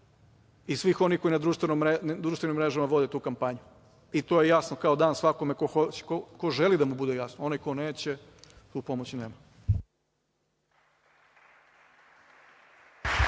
i svih onih koji na društvenim mrežama vode tu kampanju. I to je jasno kao dan svakome ko želi da mu bude jasno. Onaj ko neće, tu pomoći nema.